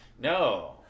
No